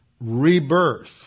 rebirth